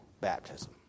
baptism